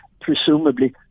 presumably